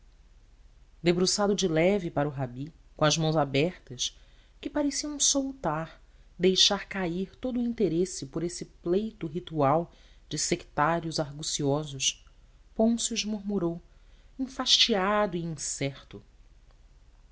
debruçado de leve para o rabi com as mãos abertas que pareciam soltar deixar cair todo o interesse por esse pleito ritual de sectários arguciosos pôncio murmurou enfastiado e incerto